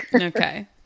Okay